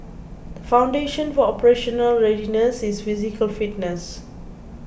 the foundation for operational readiness is physical fitness